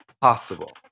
possible